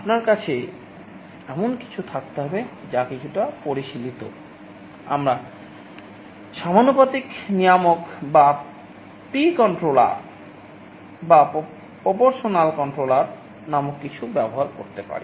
আপনার কাছে এমন কিছু থাকতে হবে যা কিছুটা পরিশীলিত নামক কিছু ব্যবহার করতে পারি